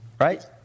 Right